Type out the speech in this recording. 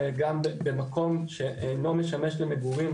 גם במקום שאינו משמש למגורים.